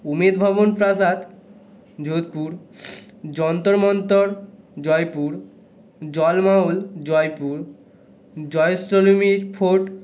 উমেদভবন প্রাসাদ যোধপুর যন্তর মন্তর জয়পুর জলমহল জয়পুর জয়সলমের ফোর্ট